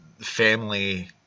family